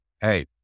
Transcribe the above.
Hey